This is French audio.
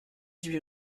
huit